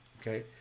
okay